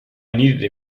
needed